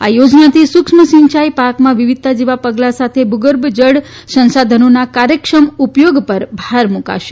આ યોજનાથી સુક્ષ્મ સિંચાઇ પાકમાં વિવિધતા જેવા પગલા સાથે ભુગર્ભ જળ સંશોધનોના કાર્યક્ષમ ઉપયોગ પર ભાર મુકાશે